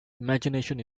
imagination